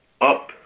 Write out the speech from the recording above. Up